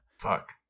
Fuck